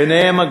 ביניהן,